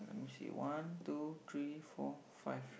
you see one two three four five